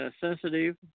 sensitive